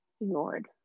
ignored